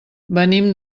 venim